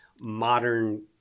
modern